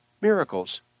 miracles